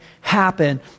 happen